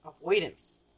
Avoidance